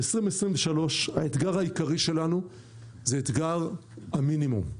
בשנת 2023 האתגר העיקרי שלנו הוא אתגר המינימום.